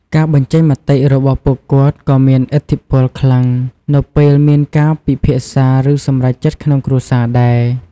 ការបញ្ចេញមតិរបស់ពួកគាត់ក៏មានឥទ្ធិខ្លាំង នៅពេលមានការពិភាក្សាឬសម្រេចចិត្តក្នុងគ្រួសារដែរ។